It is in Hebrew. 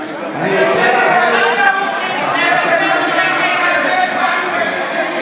ונעביר להם אותו באופן שקוף.